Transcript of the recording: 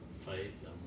faith